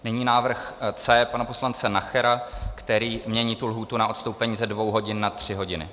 Nyní návrh C pana poslance Nachera, který mění lhůtu na odstoupení ze dvou hodin na tři hodiny.